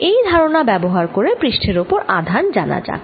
এই ধারণা ব্যবহার করে পৃষ্ঠের ওপর আধান জানা যাক